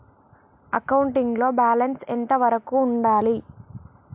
Accounting లో balance ఎంత వరకు ఉండాలి?